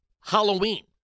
Halloween